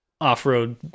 off-road